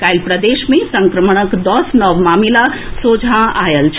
काल्हि प्रदेश मे संक्रमणक दस नव मामिला सोझां आएल छल